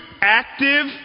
active